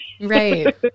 Right